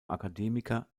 akademiker